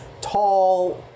tall